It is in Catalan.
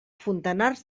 fontanars